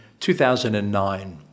2009